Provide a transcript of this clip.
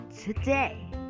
today